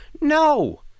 No